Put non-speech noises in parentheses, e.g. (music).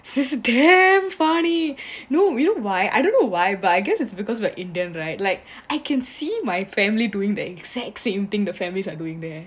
it's is damn funny (breath) you know we don't why I don't know why but I guess it's because we're indian right like (breath) I can see my family doing the exact same thing the families are doing there